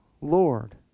Lord